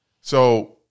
So-